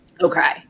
Okay